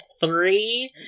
three